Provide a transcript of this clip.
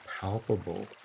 palpable